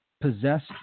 possessed